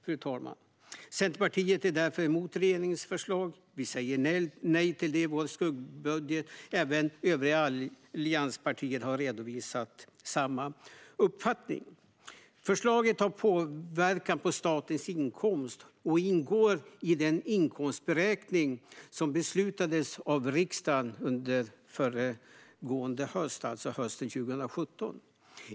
Fru talman! Centerpartiet är därför emot regeringens förslag. Vi säger nej till det i vår skuggbudget. Även övriga allianspartier har redovisat samma uppfattning. Förslaget har påverkan på statens inkomster och ingår i den inkomstberäkning som beslutades av riksdagen hösten 2017.